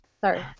Sorry